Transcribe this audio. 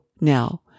now